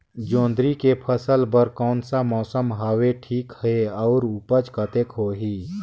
जोंदरी के फसल बर कोन सा मौसम हवे ठीक हे अउर ऊपज कतेक होही?